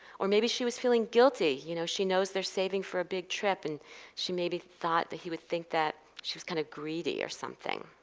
or maybe she was feeling guilty, you know. she knows they are saving for a big trip, and she maybe thought that he would think that she was kind of greedy or something.